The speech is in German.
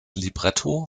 libretto